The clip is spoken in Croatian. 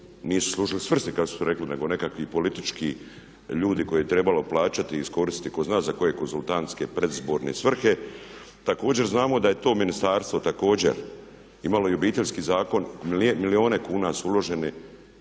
nisu služili svrsi kada su rekli, nego nekakvi politički ljudi koje je trebalo plaćati i iskoristiti tko zna za koje konzultantske predizborne svrhe. Također znamo da je to ministarstvo također imalo i Obiteljski zakon. Milijune kuna su uložene.